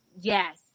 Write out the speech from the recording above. yes